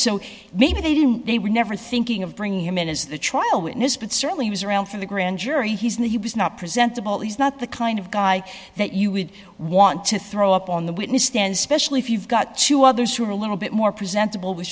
maybe they were never thinking of bringing him in as the trial witness but certainly he was around for the grand jury he's and he was not presentable he's not the kind of guy that you would want to throw up on the witness stand specially if you've got two others who are a little bit more presentable was